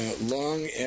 Long